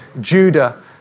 Judah